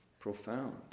profound